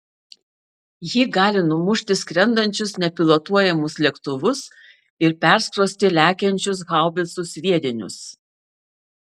ji gali numušti skrendančius nepilotuojamus lėktuvus ir perskrosti lekiančius haubicų sviedinius